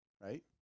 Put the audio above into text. right